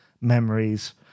memories